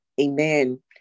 Amen